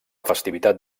festivitat